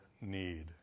need